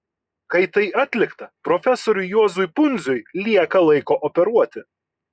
kai tai atlikta profesoriui juozui pundziui lieka laiko operuoti